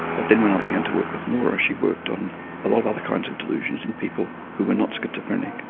but then when i began to work with nora, she'd worked on a lot of other kind of delusions in people who were not schizophrenic.